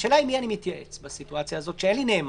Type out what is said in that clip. השאלה עם מי אני מתייעץ בסיטואציה הזאת כשאין לי נאמן.